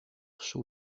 chaud